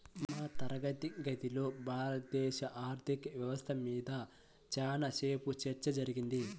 మా తరగతి గదిలో భారతదేశ ఆర్ధిక వ్యవస్థ మీద చానా సేపు చర్చ జరిగింది